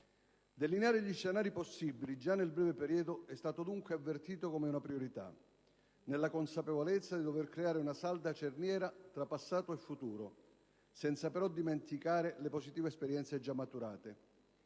Delineare gli scenari possibili già nel breve periodo è stato dunque avvertito come una priorità, nella consapevolezza di dover creare una salda cerniera tra passato e futuro, senza però dimenticare le positive esperienze già maturate.